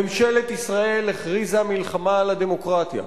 ממשלת ישראל הכריזה מלחמה על הדמוקרטיה.